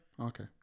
Okay